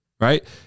right